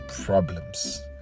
problems